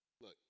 look